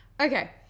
okay